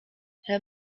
her